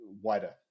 wider